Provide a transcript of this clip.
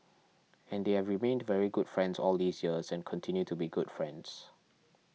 and they have remained very good friends all these years and continue to be good friends